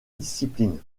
discipline